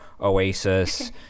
oasis